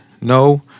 no